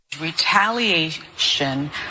Retaliation